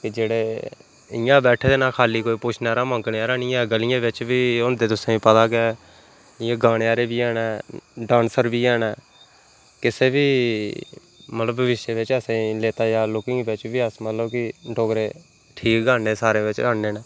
कि जेह्ड़े इ'यां बैठे दे न खाल्ली कोई पुच्छने आह्ला मंगने आह्ला नी ऐ गलियें बिच्च बी होंदे तुसें गी पता ऐ गै इ'यां गाने आह्ले बी हैन डांसर बी हैन किसे बी मतलब विशे बिच्च असें लेता जा लुकिंग बिच्च बी अस मतलब कि डोगरे ठीक गै आन्ने सारें बिच्च आन्ने न